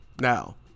Now